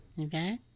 Okay